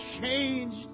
changed